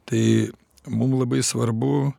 tai mum labai svarbu